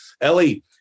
ellie